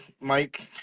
mike